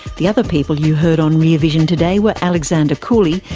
the other people you heard on rear vision today were alexander cooley,